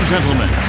Gentlemen